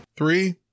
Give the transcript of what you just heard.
Three